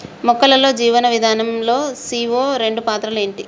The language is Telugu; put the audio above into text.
మొక్కల్లో జీవనం విధానం లో సీ.ఓ రెండు పాత్ర ఏంటి?